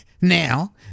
now